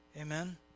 amen